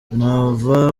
nova